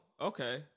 okay